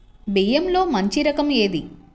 బియ్యంలో మంచి రకం ఏది?